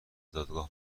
دادگاه